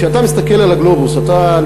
כשאתה מסתכל על הגלובוס אתה,